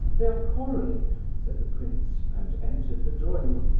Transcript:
they are quarrelling, said the prince, and entered the drawing-room,